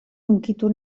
hunkitu